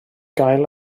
gael